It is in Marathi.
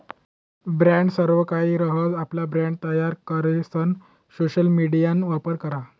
ब्रॅण्ड सर्वकाहि रहास, आपला ब्रँड तयार करीसन सोशल मिडियाना वापर करा